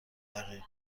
دقیقه